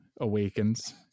awakens